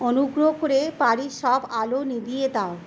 অনুগ্রহ করে বাড়ির সব আলো নিভিয়ে দাও